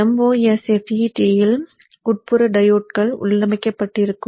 MOSFETல் உட்புற டையோட்கள் உள்ளமைக்கப்பட்டிருக்கும்